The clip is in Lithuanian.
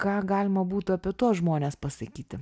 ką galima būtų apie tuos žmones pasakyti